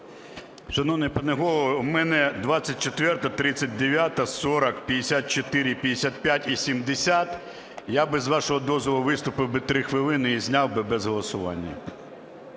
Шановний пане Голово, у мене 24-а, 39-а, 40, 54, 55 і 70. Я би, з вашого дозволу, виступив 3 хвилини і зняв би без голосування.